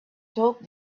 told